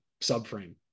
subframe